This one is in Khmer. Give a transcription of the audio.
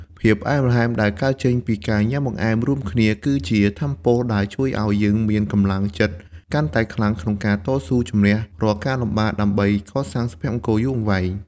ភាពផ្អែមល្ហែមដែលកើតចេញពីការញ៉ាំបង្អែមរួមគ្នា គឺជាថាមពលដែលជួយឱ្យយើងមានកម្លាំងចិត្តកាន់តែខ្លាំងក្នុងការតស៊ូជម្នះរាល់ការលំបាក ដើម្បីកសាងសុភមង្គលយូរអង្វែង។